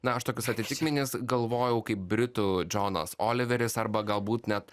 na aš tokius atitikmenis galvojau kaip britų džonas oliveris arba galbūt net